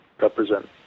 represent